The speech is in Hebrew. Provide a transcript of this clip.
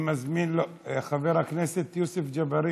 חבר הכנסת יוסף ג'בארין.